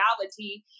reality